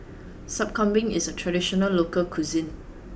Sup Kambing is a traditional local cuisine